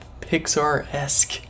pixar-esque